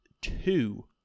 two